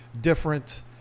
different